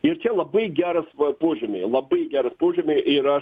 ir čia labai geras va požymiai labai geras požymiai ir aš